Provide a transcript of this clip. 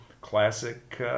classic